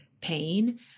pain